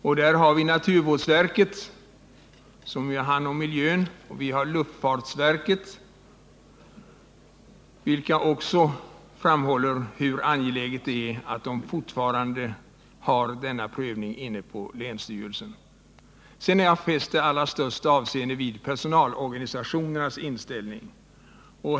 Det gäller bl.a. naturvårdsverket, som har hand om miljöfrågorna och luftfartsverket. Båda har med hänsyn till olika katastrofhot framhållit hur angeläget det är att denna prövning av brandordningarna fortfarande får finnas kvar hos länsstyrelserna. Vidare har jag fäst det allra största avseende vid personalorganisationernas inställning.